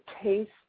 taste